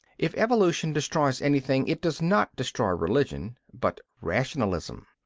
if evolution destroys anything, it does not destroy religion but rationalism.